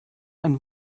ein